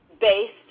based